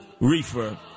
reefer